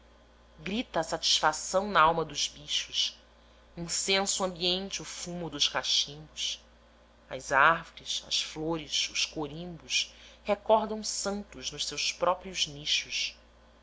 a satisfação na alma dos bichos incensa o ambiente o fumo dos cachimbos as árvores as flores os corimbos recordam santos nos seus próprios nichos